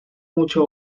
mucho